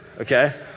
Okay